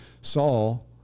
Saul